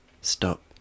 Stop